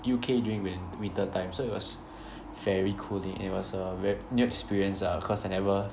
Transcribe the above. U_K during win~ winter time so it was very cooling it was a ver~ new experience lah cause I never